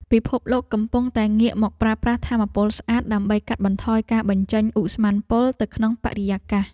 ពិភពលោកកំពុងតែងាកមកប្រើប្រាស់ថាមពលស្អាត ដើម្បីកាត់បន្ថយការបញ្ចេញឧស្ម័នពុលទៅក្នុងបរិយាកាស។